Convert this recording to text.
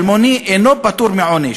אלמוני אינו פטור מעונש,